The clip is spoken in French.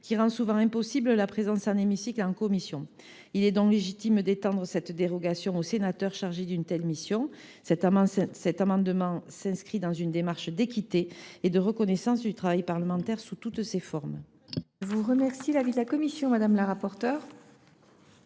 qui rendent souvent impossible la présence dans l’hémicycle et en commission. Il est donc légitime d’étendre le champ de ces dérogations aux sénateurs chargés de telles missions. Cet amendement s’inscrit dans une démarche d’équité et de reconnaissance du travail parlementaire sous toutes ses formes. Quel est l’avis de la commission ? Les parlementaires